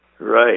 Right